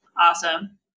Awesome